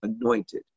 anointed